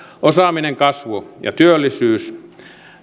osaaminen kasvu ja työllisyys